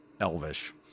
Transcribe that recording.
Elvish